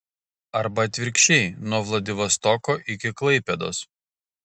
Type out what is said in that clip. arba atvirkščiai nuo vladivostoko iki klaipėdos